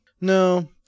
no